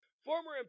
Former